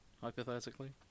Hypothetically